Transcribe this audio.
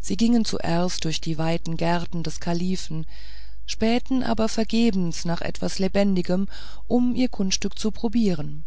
sie gingen zuerst durch die weiten gärten des kalifen spähten aber vergebens nach etwas lebendigem um ihr kunststück zu probieren